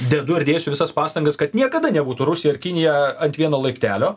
dedu ir dėsiu visas pastangas kad niekada nebūtų rusija ir kinija ant vieno laiptelio